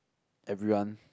everyone